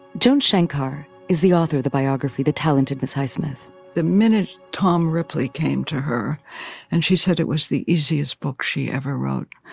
jones shankar is the author of the biography the talented miss highsmith the minute tom ripley came to her and she said it was the easiest book she ever wrote.